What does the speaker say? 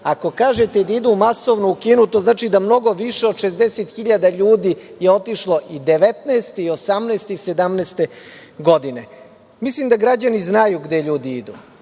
kažete da idu masovno u Kinu, to znači da mnogo više od 60.000 ljudi je otišlo i 2019. i 2018. i 2017. godine. Mislim da građani znaju gde ljudi idu